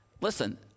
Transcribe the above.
Listen